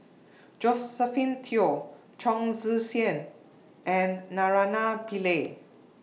Josephine Teo Chong Tze Chien and Naraina Pillai